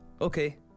Okay